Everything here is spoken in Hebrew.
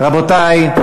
רבותי,